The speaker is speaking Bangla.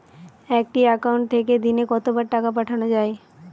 একটি একাউন্ট থেকে দিনে কতবার টাকা পাঠানো য়ায়?